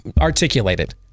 articulated